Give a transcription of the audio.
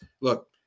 look